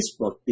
Facebook